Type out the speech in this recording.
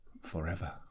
forever